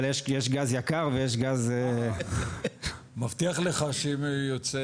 אבל יש גז יקר ויש --- מבטיח לך שאם ייוצא